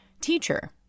Teacher